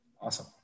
Awesome